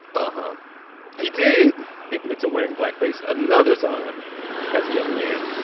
uh-huh he did admit to wearing blackface another time as a young man,